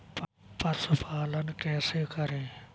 पशुपालन कैसे करें?